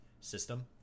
system